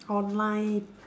online